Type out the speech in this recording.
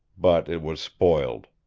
but it was spoiled.